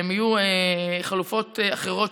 יהיו חלופות אחרות,